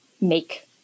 make